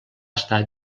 estar